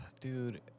Dude